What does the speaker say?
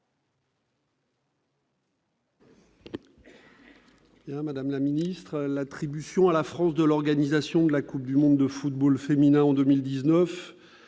Madame la ministre, l'attribution à la France de l'organisation de la coupe du monde de football féminin en 2019,